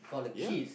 ya